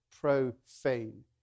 profane